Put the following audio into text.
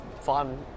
fun